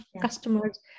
customers